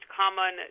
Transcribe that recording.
common